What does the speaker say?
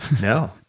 No